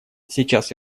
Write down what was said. сейчас